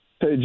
Hey